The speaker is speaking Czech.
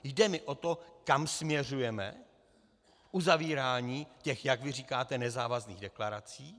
Jde mi o to, kam směřujeme uzavíráním těch, jak říkáte, nezávazných deklarací.